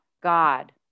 God